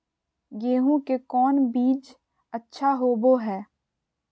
गेंहू के कौन बीज अच्छा होबो हाय?